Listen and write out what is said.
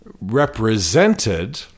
represented